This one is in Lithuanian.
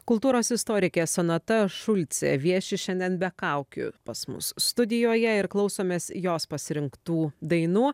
kultūros istorikė sonata šulcė vieši šiandien be kaukių pas mus studijoje ir klausomės jos pasirinktų dainų